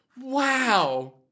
Wow